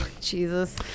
Jesus